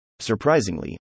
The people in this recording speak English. Surprisingly